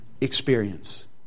experience